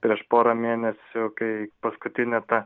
prieš porą mėnesių kai paskutinė ta